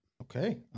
Okay